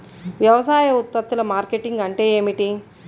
వ్యవసాయ ఉత్పత్తుల మార్కెటింగ్ అంటే ఏమిటి?